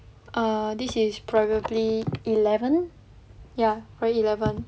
err this is probably eleven ya I eleven